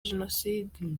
jenoside